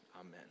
Amen